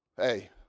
Hey